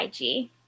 IG